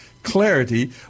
Clarity